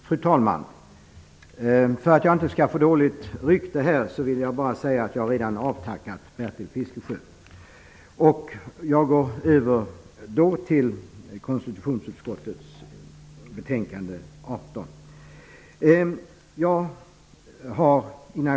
Fru talman! För att jag inte skall få dåligt rykte vill jag bara säga att jag redan har avtackat Bertil Jag skall nu övergå till att tala om konstitutionsutskottets betänkande KU18.